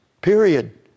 Period